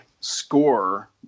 score